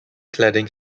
cladding